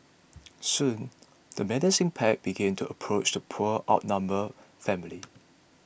soon the menacing pack began to approach the poor outnumbered family